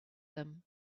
them